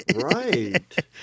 Right